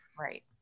Right